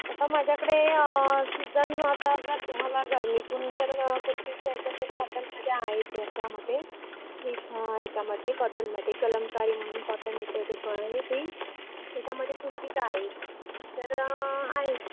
आता माझ्याकडे सीजन आता जर तुम्हाला गरमीतून जर कुर्तीज घ्यायच्या असेल कॉटनमध्ये आहेत त्याच्यामध्ये सीज याच्यामध्ये कॉटनमध्ये कलमकारी म्हणून कॉटन येतं ते क आहे प्रिंट त्याच्यामध्ये कुर्तीज आहेत तर आहेत